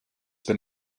been